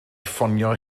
ffonio